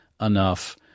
enough